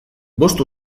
bost